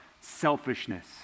selfishness